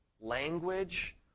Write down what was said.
language